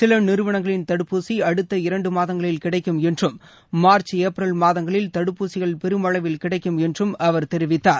சில நிறுவனங்களின் தடுப்பூசி அடுத்த இரண்டு மாதங்களில் கிடைக்கும் என்றும் மார்ச் ஏப்ரல் மாதங்களில் தடுப்பூசிகள் பெருமளவில் கிடைக்கும் என்றும் அவர் தெரிவித்தார்